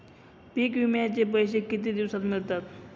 पीक विम्याचे पैसे किती दिवसात मिळतात?